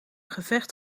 gevecht